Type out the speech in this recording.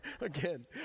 Again